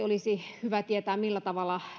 olisi hyvä tietää millä tavalla